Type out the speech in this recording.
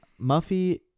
Muffy